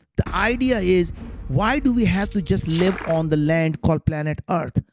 the idea is why do we have to just live on the land called planet earth?